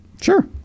Sure